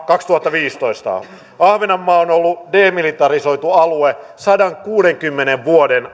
kaksituhattaviisitoista ahvenanmaa on ollut demilitarisoitu alue sadankuudenkymmenen vuoden